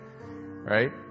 Right